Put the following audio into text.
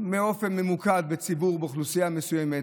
באופן ממוקד בציבור, באוכלוסייה מסוימת.